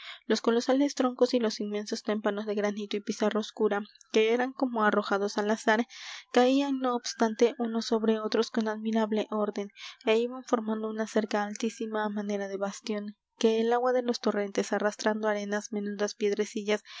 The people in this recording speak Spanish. los colosales troncos y los inmensos témpanos de granito y pizarra oscura que eran como arrojados al azar caían no obstante unos sobre otros con admirable orden é iban formando una cerca altísima á manera de bastión que el agua de los torrentes arrastrando arenas menudas